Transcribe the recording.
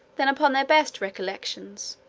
than upon their best recollections.